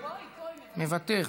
מוותר.